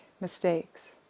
mistakes